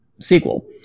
sequel